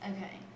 Okay